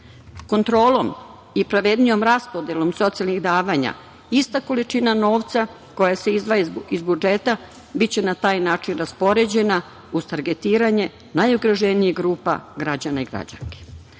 dostupne. Kontrolom i pravednijom raspodelom socijalnih davanja ista količina novca koja se izdvaja iz budžeta biće na taj način raspoređena uz targetiranje najugroženijih grupa građana.